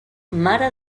mare